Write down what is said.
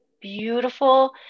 beautiful